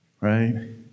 Right